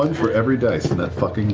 and for every dice in that fucking